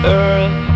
earth